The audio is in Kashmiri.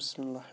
بِسمِ اللہِ